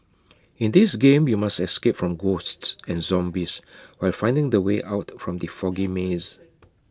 in this game you must escape from ghosts and zombies while finding the way out from the foggy maze